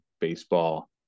baseball